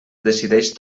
decideix